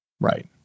Right